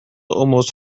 almost